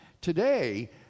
today